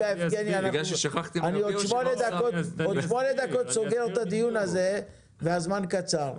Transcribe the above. בעוד שמונה דקות אסגור את הדיון הזה והזמן קצר.